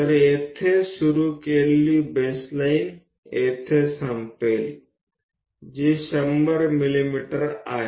તો બેઝ લીટી અહીંયા શરૂ થાય છે અહીંયા ખતમ થાય છે જે 100 mm ની બેઝ લીટી છે